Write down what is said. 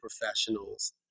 professionals